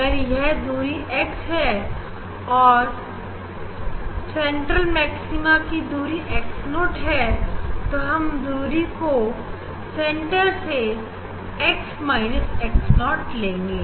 अगर यह दूरी एक्स है और सेंट्रल मैक्सिमा की दूरी x0 है तो हम दूरी को सेंटर से x x0 लेंगे